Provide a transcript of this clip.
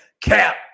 cap